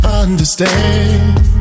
understand